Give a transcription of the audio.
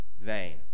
vain